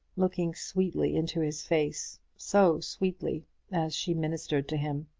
looking sweetly into his face so sweetly as she ministered to him.